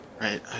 right